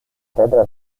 δέντρα